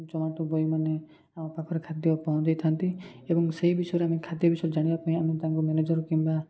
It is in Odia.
ଜମାଟୋ ଭାଇମାନେ ଆମ ପାଖରେ ଖାଦ୍ୟ ପହଞ୍ଚାଇଥାନ୍ତି ଏବଂ ସେଇ ବିଷୟରେ ଆମେ ଖାଦ୍ୟ ବିଷୟରେ ଜାଣିବା ପାଇଁ ଆମେ ତାଙ୍କୁ ମ୍ୟାନେଜର୍ କିମ୍ବା